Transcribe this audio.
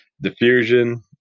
Diffusion